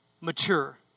mature